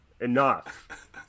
enough